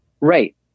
right